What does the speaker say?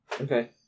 Okay